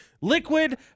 liquid